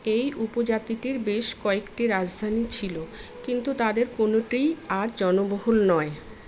এই উপজাতিটির বেশ কয়েকটি রাজধানী ছিল কিন্তু তাদের কোনোটিই আজ জনবহুল নয়